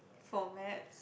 for maths